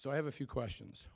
so i have a few questions